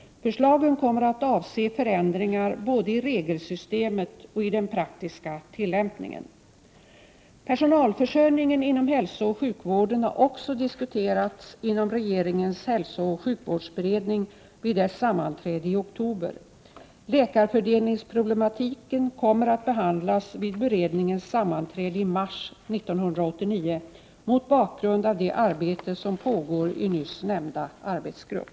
1988/89:18 att avse förändringar både i regelsystemet och i den praktiska tillämpningen. 7 november 1988 Personalförsörjningen inom hälsooch sjukvården har också diskuterats inom regeringens hälsooch sjukvårdsberedning vid dess sammanträde i oktober. Läkarfördelningsproblematiken kommer att behandlas vid beredningens sammanträde i mars 1989 mot bakgrund av det arbete som pågår i nyss nämnda arbetsgrupp.